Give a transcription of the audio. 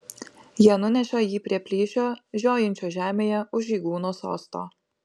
jie nuneša jį prie plyšio žiojinčio žemėje už žygūno sosto